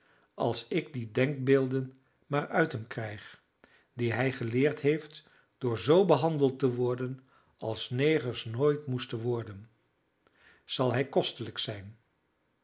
als ik die denkbeelden maar uit hem krijg die hij geleerd heeft door zoo behandeld te worden als negers nooit moesten worden zal hij kostelijk zijn